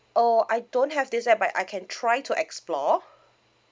oh I don't have this app but I can try to explore